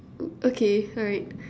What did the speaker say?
okay alright